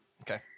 Okay